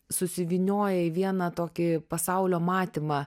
susivynioja į vieną tokį pasaulio matymą